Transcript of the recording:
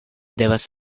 devas